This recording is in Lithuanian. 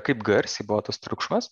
kaip garsiai buvo tas triukšmaus